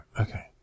Okay